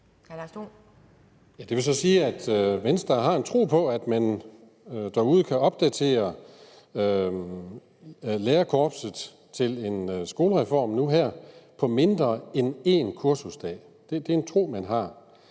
Det vil så sige, at Venstre har en tro på, at man derude kan opdatere lærerkorpset til en skolereform nu og her på mindre end en kursusdag. Det er en tro, man har.